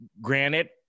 granted